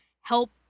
help